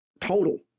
total